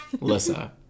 Lissa